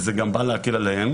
וזה גם בא להקל עליהם.